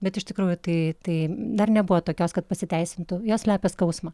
bet iš tikrųjų tai tai dar nebuvo tokios kad pasiteisintų jos slepia skausmą